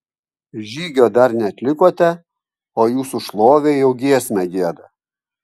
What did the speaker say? žygio dar neatlikote o jūsų šlovei jau giesmę gieda